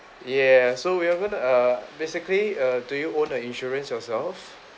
ya so we going to err basically err do you own a insurance yourself